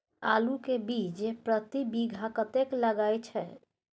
आलू के बीज प्रति बीघा कतेक लागय छै?